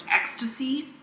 ecstasy